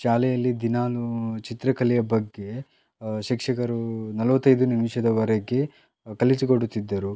ಶಾಲೆಯಲ್ಲಿ ದಿನಾಲು ಚಿತ್ರಕಲೆಯ ಬಗ್ಗೆ ಶಿಕ್ಷಕರು ನಲವತ್ತೈದು ನಿಮಿಷದವರೆಗೆ ಕಲಿಸಿಕೊಡುತ್ತಿದ್ದರು